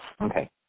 Okay